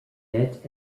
net